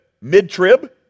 mid-trib